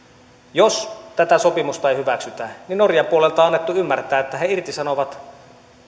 jos tätä sopimusta ei hyväksytä niin norjan puolelta on annettu ymmärtää että he irtisanovat